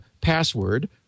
password